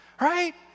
right